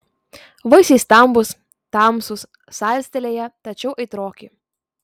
vaisiai stambūs tamsūs salstelėję tačiau aitroki